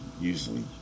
usually